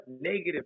negative